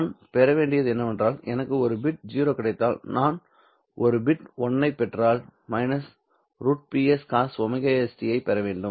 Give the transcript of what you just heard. நான் பெற வேண்டியது என்னவென்றால் எனக்கு ஒரு பிட் 0 கிடைத்தால் நான் ஒரு பிட் 1 ஐப் பெற்றால் −√Ps cosωs t ஐப் பெற வேண்டும்